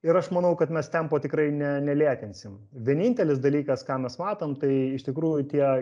ir aš manau kad mes tempo tikrai ne nelėtinsim vienintelis dalykas ką mes matom tai iš tikrųjų tie